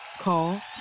Call